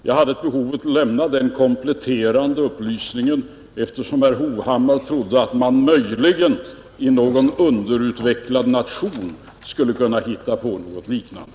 Jag hade ett behov att lämna den kompletterande upplysningen eftersom herr Hovhammar trodde att man möjligen i någon underutvecklad nation skulle kunna hitta på något liknande,